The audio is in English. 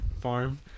farm